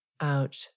out